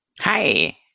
Hi